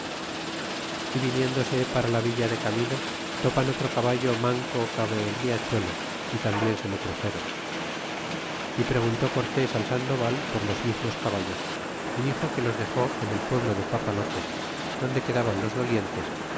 y viniéndose para la villa de camino topan otro caballo manco cabe el riachuelo y tambien se lo truxeron y preguntó cortés al sandoval por los mismos caballos y dixo que los dexó en el pueblo de papalote donde quedaban los dolientes